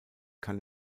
kann